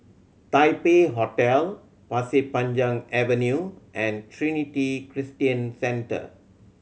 Taipei Hotel Pasir Panjang Avenue and Trinity Christian Centre